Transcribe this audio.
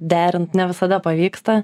derint ne visada pavyksta